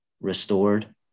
restored